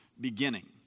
beginning